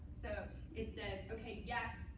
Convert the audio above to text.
so it says, ok, yes,